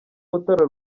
mutara